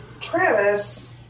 Travis